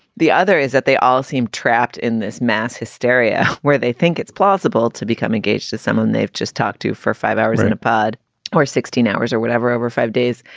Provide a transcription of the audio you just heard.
the other is that they all seem trapped in this mass hysteria where they think it's plausible to become engaged to someone they've just talked to for five hours in a pod or sixteen hours or whatever over five days.